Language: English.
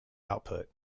output